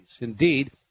Indeed